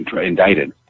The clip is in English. indicted